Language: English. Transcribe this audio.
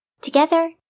Together